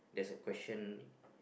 there is a question